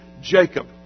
Jacob